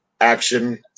action